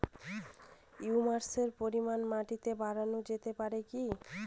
হিউমাসের পরিমান মাটিতে বারানো যেতে পারে কি?